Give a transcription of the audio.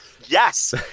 Yes